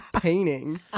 painting